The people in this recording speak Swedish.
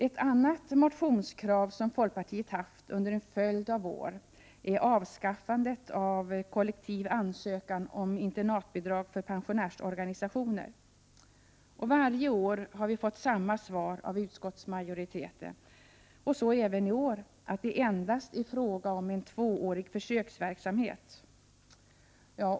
Ett annat motionskrav som folkpartiet har haft under följd av år är avskaffandet av kollektiv ansökan om internatbidrag för pensionärsorganisationer. Varje år har vi fått samma svar av utskottsmajoriteten. Så även i år: ”att det endast är fråga om en tvåårig försöksverksamhet”.